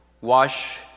Wash